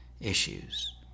issues